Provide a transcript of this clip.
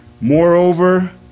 Moreover